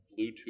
Bluetooth